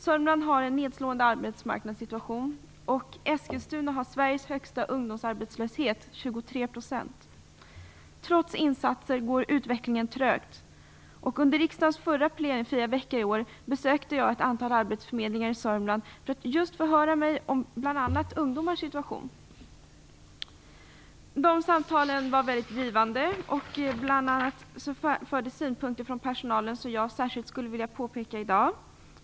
Södermanland har en nedslående arbetsmarknadssituation, och Eskilstuna har Sveriges högsta ungdomsarbetslöshet - 23 %. Trots insatser går utvecklingen trögt. Under riksdagens förra plenifria vecka i år besökte jag ett antal arbetsförmedlingar i Södermanland för att förhöra mig just om bl.a. ungdomars situation. Dessa samtal var väldigt givande. Bl.a. framfördes synpunkter från personalen som jag särskilt skulle vilja peka på i dag.